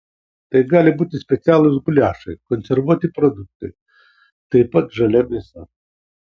tai gali būti specialūs guliašai konservuoti produktai taip pat žalia mėsa